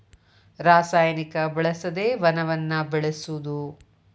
ರಸಾಯನಿಕ ಬಳಸದೆ ವನವನ್ನ ಬೆಳಸುದು